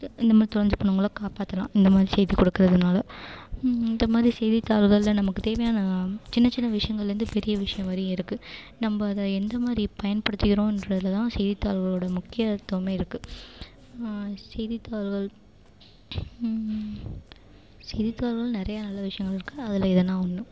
இந்தமாதிரி தொலைஞ்சி போனவங்கள காப்பாற்றலாம் இந்த மாதிரி செய்தி கொடுக்கறதுனால இந்தமாதிரி செய்தித்தாள்களில் நமக்கு தேவையான சின்ன சின்ன விஷயங்களில் இருந்து பெரிய விஷயம் வரையும் இருக்குது நம்ம அதை எந்தமாதிரி பயன்படுத்துகிறோன்றதுலதான் செய்தித்தாள்களோட முக்கியத்துவம் இருக்குது செய்தித்தாள்கள் செய்தித்தாள்கள் நிறைய நல்ல விஷயங்கள் இருக்கு அதில் இதெல்லாம் ஒன்று